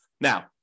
Now